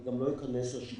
אני גם לא אכנס לשיקולים.